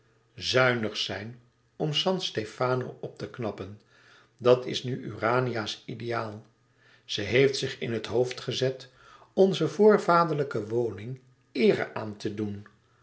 zuinig zijn om san stefano op te knappen dat is nu urania's ideaal ze heeft zich in het hoofd gezet onze voorvaderlijke woning eere aan te doen